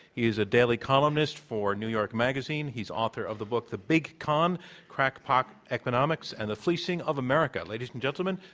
he is a daily columnist for new yorkmagazine. he's author of the book, the big con crackpot economics and the fleecing of america. ladies and gentlemen,